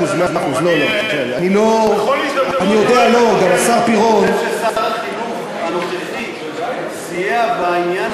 אני חושב ששר החינוך הנוכחי סייע בעניין